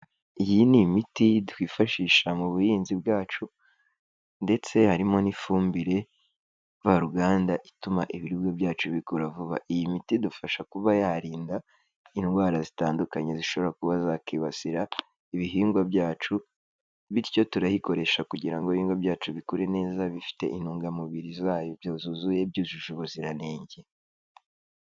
Iyi ni imiti twifashisha mu buhinzi bwacu, ndetse harimo n'ifumbire mvaruganda ituma ibiribwa byacu bikura vuba, iyi miti idufasha kuba yarinda indwara zitandukanye zishobora kuba zakwibasira ibihingwa byacu, bityo turayikoresha kugira ngo ibihingwa byacu bikure neza bifite intungamubiri zabyo zuzuye, byujuje ubuziranenge.